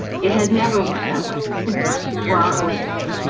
it has never worked that way and but for our ordinance.